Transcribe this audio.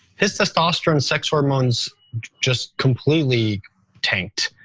his testosterone sex hormones just completely tanked.